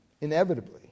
inevitably